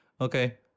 okay